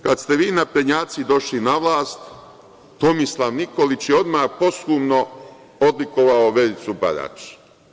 Kada ste vi naprednjaci došli na vlast, Tomislav Nikolić je odmah posthumno odlikovao Vericu Barać.